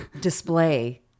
display